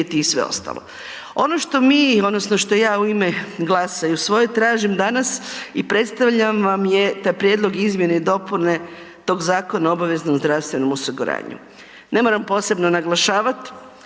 i sve ostalo. Ono što mi odnosno što ja u ime GLAS-a i u svoje tražim danas i predstavljam je taj Prijedlog izmjene i dopune Zakona o obveznog zdravstvenom osiguranju. Ne moram posebno naglašavat